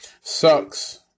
sucks